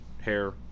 hair